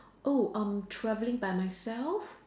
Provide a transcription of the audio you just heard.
oh um travelling by myself